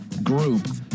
group